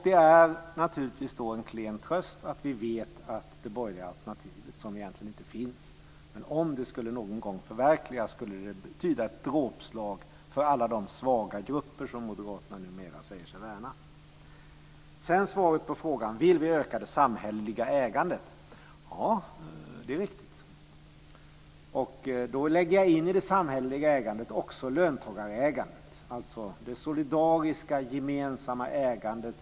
Det är naturligtvis en klen tröst att vi vet att det borgerliga alternativet egentligen inte finns, men om det någon gång skulle förverkligas skulle det betyda ett dråpslag för alla de svaga grupper som moderaterna numera säger sig värna. Så över till svaret på frågan: Vill vi öka det samhälleliga ägandet? Ja, det är riktigt att vi vill det. Och då lägger jag i det samhälleliga ägandet in löntagarägandet, alltså det solidariska gemensamma ägandet.